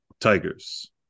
Tigers